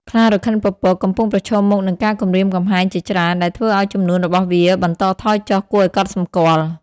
ខ្លារខិនពពក កំពុងប្រឈមមុខនឹងការគំរាមកំហែងជាច្រើន ដែលធ្វើឲ្យចំនួនរបស់វាបន្តថយចុះគួរឲ្យកត់សម្គាល់។